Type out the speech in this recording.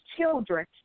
children